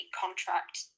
contract